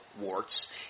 warts